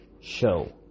show